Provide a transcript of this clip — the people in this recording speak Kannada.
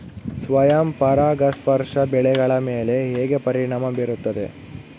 ಸ್ವಯಂ ಪರಾಗಸ್ಪರ್ಶ ಬೆಳೆಗಳ ಮೇಲೆ ಹೇಗೆ ಪರಿಣಾಮ ಬೇರುತ್ತದೆ?